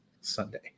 Sunday